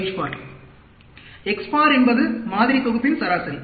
x பார் என்பது மாதிரி தொகுப்பின் சராசரி